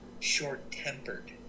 Short-tempered